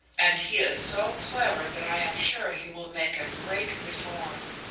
and he is so clever that i am sure he will make a great reform.